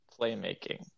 playmaking